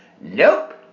Nope